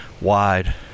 wide